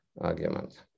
argument